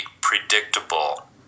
predictable